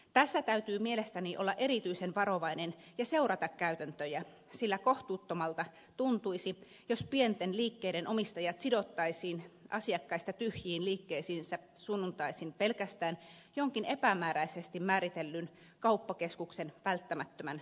tässä täytyy mielestäni olla erityisen varovainen ja seurata käytäntöjä sillä kohtuuttomalta tuntuisi jos pienten liikkeiden omistajat sidottaisiin asiakkaista tyhjiin liikkeisiinsä sunnuntaisin pelkästään jonkin epämääräisesti määritellyn kauppakeskuksen välttämättömän tarpeen takia